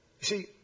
see